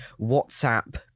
WhatsApp